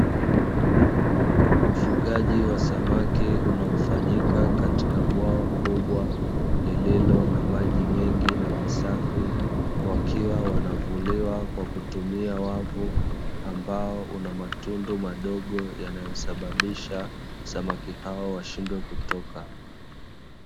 Ufugaji wa samaki unaofanyika katika bwawa kubwa lililo na maji mengi na safi wakiwa wanavuliwa na wavu ambao una matundu madogo yanayosababisha samaki hao washindwe kutoka.